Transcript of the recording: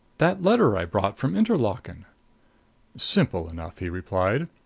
that letter i brought from interlaken simple enough, he replied.